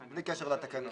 בלי קשר לתקנות.